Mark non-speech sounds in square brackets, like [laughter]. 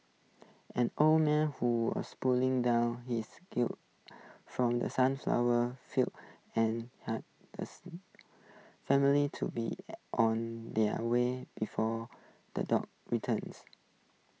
an old man who was putting down his gun from the sunflower fields and [unintelligible] the [unintelligible] family to be on their way before the dogs returns